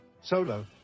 Solo